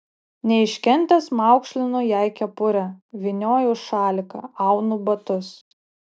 neiškentęs maukšlinu jai kepurę vynioju šaliką aunu batus